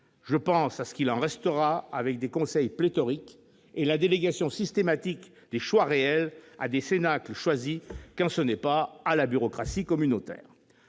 Je pense à ce qu'il restera de celle-ci avec des conseils pléthoriques et la délégation systématique des choix réels à des cénacles choisis, quand ce n'est pas à la bureaucratie communautaire